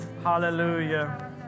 Hallelujah